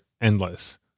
endless